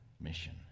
mission